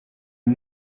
and